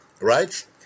right